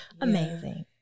amazing